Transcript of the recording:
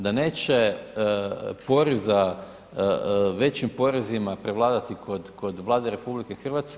Da neće poriv za većim porezima prevladati kod Vlade RH.